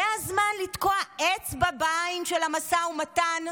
זה הזמן לתקוע אצבע בעין של המשא ומתן?